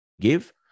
give